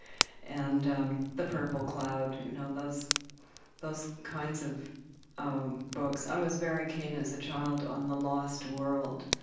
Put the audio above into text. and the purple cloud, you know those those kinds of of books. i was very keen as a child on the lost world,